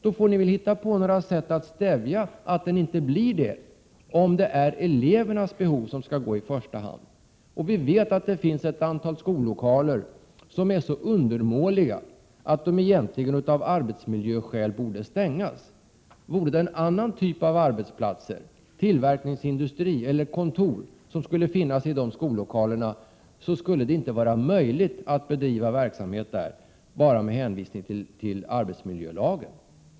Då får ni väl hitta på något sätt att stävja den utvecklingen, så att byggmarknaden inte blir överhettad, om nu elevernas behov skall komma i första hand. Vi vet att det finns ett antal skollokaler som är så undermåliga att de av arbetsmiljöskäl borde stängas. Vore det en annan typ av arbetsplats, tillverkningsindustri eller kontor, som skulle finnas i de lokalerna, skulle det inte vara möjligt att bedriva verksamhet där med hänvisning till arbetsmiljölagen.